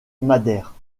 madère